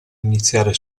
iniziare